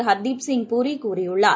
ஹர்தீப் சிங் புரி கூறியுள்ளார்